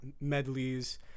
medleys